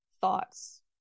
thoughts